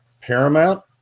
Paramount